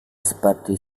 seperti